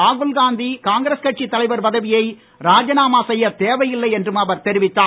ராகுல்காந்தி காங்கிரஸ் கட்சி தலைவர் பதவியை ராஜினாமா செய்ய தேவையில்லை என்றும் அவர் தெரிவித்தார்